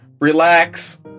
relax